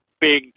big